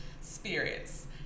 spirits